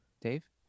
Dave